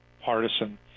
partisan